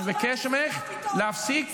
אני מבקש ממך להפסיק.